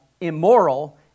immoral